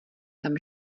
tam